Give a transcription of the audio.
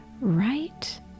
right